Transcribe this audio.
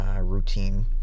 routine